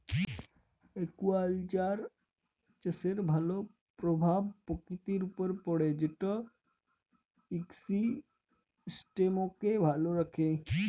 aquaculture চাষের ভালো পরভাব পরকিতির উপরে পড়ে যেট ইকসিস্টেমকে ভালো রাখ্যে